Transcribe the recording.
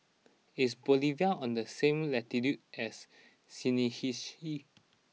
is Bolivia on the same latitude as Seychelles